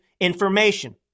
information